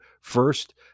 first